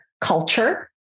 culture